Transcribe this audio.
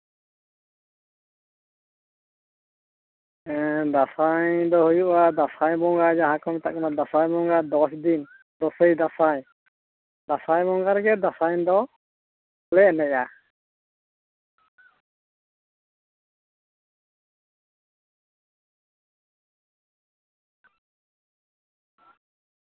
ᱦᱮᱸ ᱫᱟᱸᱥᱟᱭ ᱫᱚ ᱦᱩᱭᱩᱜᱼᱟ ᱫᱟᱸᱥᱟᱭ ᱵᱚᱸᱜᱟ ᱡᱟᱦᱟᱸ ᱠᱚ ᱢᱮᱛᱟᱜ ᱠᱟᱱᱟ ᱫᱟᱸᱥᱟᱭ ᱵᱚᱸᱜᱟ ᱫᱚᱥ ᱫᱤᱱ ᱫᱚᱥᱮᱭ ᱫᱟᱸᱥᱟᱭ ᱫᱟᱸᱥᱟᱭ ᱵᱚᱸᱜᱟ ᱨᱮᱜᱮ ᱫᱟᱸᱥᱟᱭ ᱫᱚ ᱞᱮ ᱮᱱᱮᱡᱼᱟ